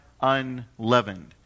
unleavened